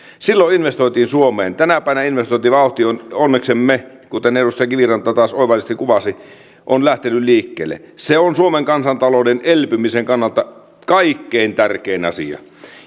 silloin investoitiin suomeen tänä päivänä investointivauhti on onneksemme kuten edustaja kiviranta taas oivallisesti kuvasi lähtenyt liikkeelle se on suomen kansantalouden elpymisen kannalta kaikkein tärkein asia